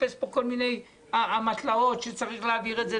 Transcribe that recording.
לחפש פה כל מיני אמתלות שצריך להעביר את זה,